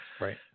Right